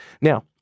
Now